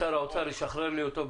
--- אם שר האוצר ישחרר לי אותו,